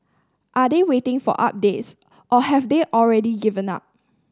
are they waiting for updates or have they already given up